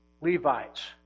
Levites